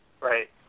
Right